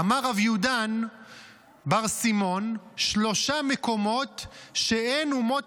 אמר רב יודן בר סימון: שלושה מקומות שאין אומות